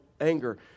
anger